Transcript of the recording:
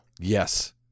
Yes